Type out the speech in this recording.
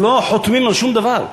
הם לא חותמים על שום דבר.